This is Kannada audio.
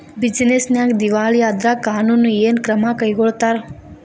ಬಿಜಿನೆಸ್ ನ್ಯಾಗ ದಿವಾಳಿ ಆದ್ರ ಕಾನೂನು ಏನ ಕ್ರಮಾ ಕೈಗೊಳ್ತಾರ?